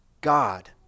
God